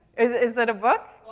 is, is it a book?